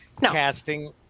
casting